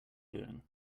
doing